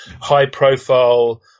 high-profile